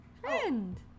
friend